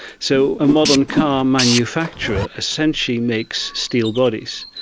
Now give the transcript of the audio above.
so a modern car manufacturer essentially makes steel bodies.